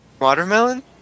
Watermelon